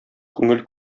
күңел